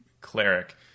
cleric